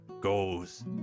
goes